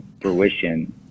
fruition